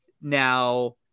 Now